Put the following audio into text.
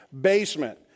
basement